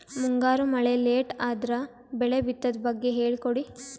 ಮುಂಗಾರು ಮಳೆ ಲೇಟ್ ಅದರ ಬೆಳೆ ಬಿತದು ಬಗ್ಗೆ ಹೇಳಿ ಕೊಡಿ?